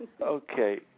okay